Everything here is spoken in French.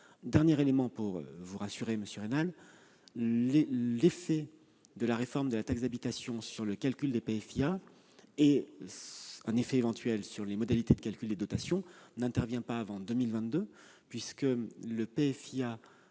Dernier élément pour vous rassurer, monsieur Raynal : l'effet de la réforme de la taxe d'habitation sur le calcul des PFiA et, éventuellement, sur les modalités de calcul des dotations n'interviendra pas avant 2022, puisque le PFiA